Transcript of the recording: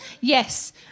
Yes